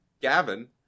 Gavin